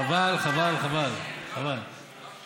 חבל, חבל, חבל, חבל.